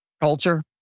culture